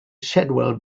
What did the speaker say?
shadwell